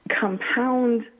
compound